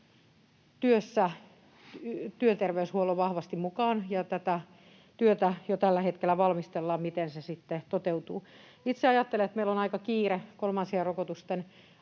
työterveyshuollon vahvasti mukaan, ja jo tällä hetkellä valmistellaan tätä työtä, miten se sitten toteutuu. Itse ajattelen, että meillä on aika kiire kolmansien rokotusten